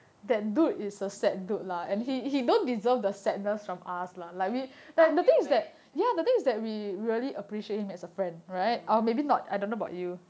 I feel bad ya